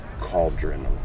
cauldron